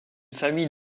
famille